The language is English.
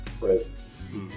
presence